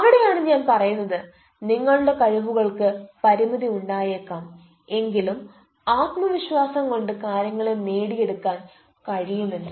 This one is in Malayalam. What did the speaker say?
അവിടെയാണ് ഞാൻ പറയുന്നത് നിങ്ങളുടെ കഴിവുകൾക്ക് പരിമിതി ഉണ്ടായേക്കാം എങ്കിലും ആത്മവിശ്വാസം കൊണ്ട് കാര്യങ്ങളെ നേടിയെടുക്കാൻ കഴിയും എന്ന്